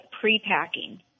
pre-packing